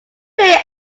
played